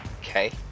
okay